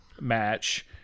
match